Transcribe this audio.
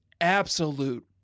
absolute